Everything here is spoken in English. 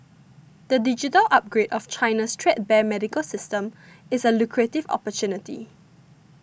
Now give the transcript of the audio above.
the digital upgrade of China's threadbare medical system is a lucrative opportunity